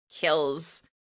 Kills